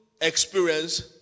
experience